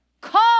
Call